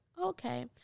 okay